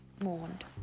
mourned